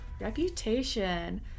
Reputation